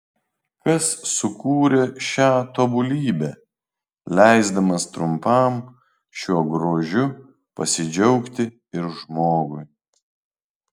kas sukūrė šią tobulybę leisdamas trumpam šiuo grožiu pasidžiaugti ir žmogui